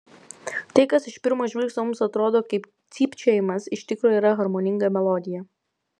tai kas iš pirmo žvilgsnio mums atrodo kaip cypčiojimas iš tikro yra harmoninga melodija